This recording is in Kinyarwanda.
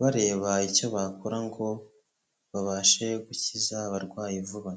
bareba icyo bakora ngo babashe gukiza abarwayi vuba.